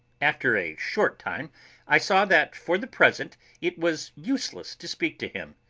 after a short time i saw that for the present it was useless to speak to him.